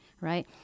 right